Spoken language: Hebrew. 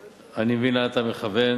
אני מבין לאן אתה מכוון,